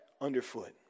underfoot